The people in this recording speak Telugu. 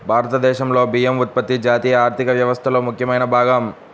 భారతదేశంలో బియ్యం ఉత్పత్తి జాతీయ ఆర్థిక వ్యవస్థలో ముఖ్యమైన భాగం